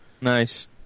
Nice